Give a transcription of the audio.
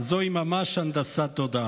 זוהי ממש הנדסת תודעה.